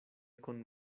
con